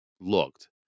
looked